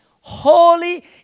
holy